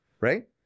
right